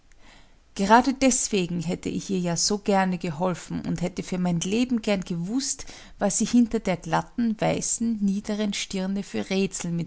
gerade deswegen hätte ich ihr ja so gerne geholfen und hätte für mein leben gern gewußt was sie hinter der glatten weißen niederen stirne für rätsel